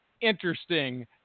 interesting